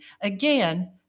Again